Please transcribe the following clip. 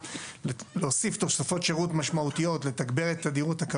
לא לאנרגיות מתחדשות ולא לעצירת פרויקטים